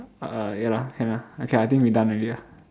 uh ya lah can ah okay I think we done ready lah